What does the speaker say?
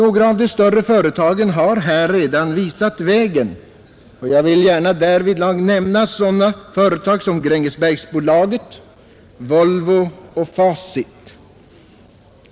Några av de större företagen har här redan visat vägen. Jag vill gärna därvidlag nämna sådana företag som Grängesbergsbolaget, Volvo och Facit.